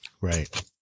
Right